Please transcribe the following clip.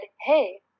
hey